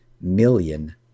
million